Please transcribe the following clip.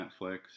Netflix